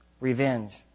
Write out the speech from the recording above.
revenge